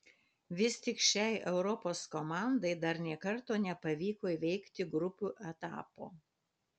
vis tik šiai europos komandai dar nė karto nepavyko įveikti grupių etapo